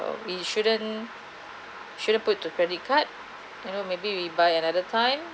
we shouldn't shouldn't put to credit card you know maybe we buy another time